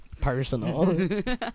personal